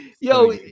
yo